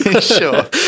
Sure